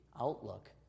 outlook